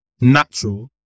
natural